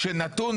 שאני מכיר,